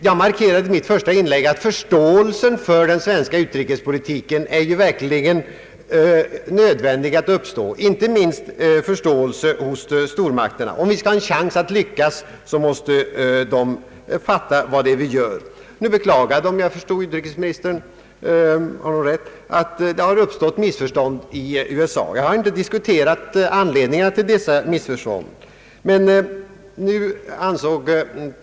Jag markerade i mitt första inlägg att det verkligen är nödvändigt att uppnå förståelse för den svenska utrikespolitiker: — inte minst förståelse hos stormakterna. Om vi skall ha en chans att lyckas måste de fatta vad det är vi gör. Nu beklagade utrikesministern, om jag förstod honom rätt, att det har uppstått missförstånd i USA. Jag har inte i dag diskuterat anledningarna till dessa missförstånd.